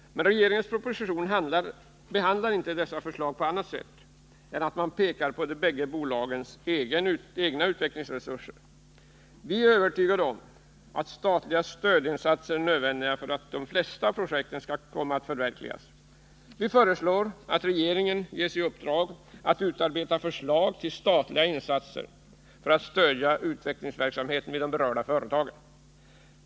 Men regeringens proposition behandlar inte dessa förslag på annat sätt än genom att peka på de bägge bolagens egna utvecklingsresurser. Vi är övertygade om att statliga stödinsatser är nödvändiga för att de flesta av projekten skall komma att förverkligas. Vi föreslår att regeringen ges i uppdrag att utarbeta förslag till statliga insatser för att stödja utvecklingsverksamheten i de berörda företagen.